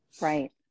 Right